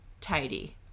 tidy